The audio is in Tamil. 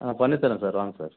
ஆ பண்ணித்தரேன் சார் வாங்க சார்